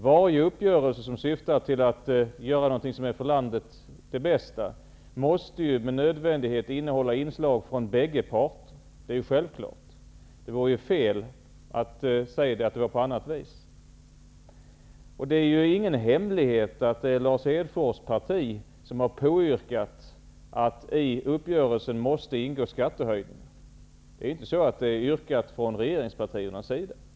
Varje uppgörelse som syftar till att göra vad som är bäst för landet måste med nödvändighet innehålla inslag från bägge parter. Det är självklart. Det vore fel att säga att det är på annat vis. Det är ingen hemlighet att det är Lars Hedfors parti som har påyrkat att i uppgörelsen måste ingå skattehöjning. Detta har inte yrkats från regeringspartiernas sida.